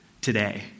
today